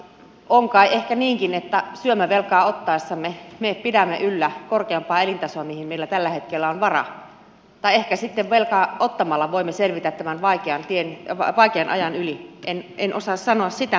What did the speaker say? on kai ehkä niinkin että syömävelkaa ottaessamme me pidämme yllä korkeampaa elintasoa kuin mihin meillä tällä hetkellä on varaa tai ehkä sitten velkaa ottamalla voimme selvitä tämän vaikean ajan yli en osaa sanoa sitä